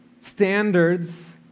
standards